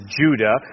Judah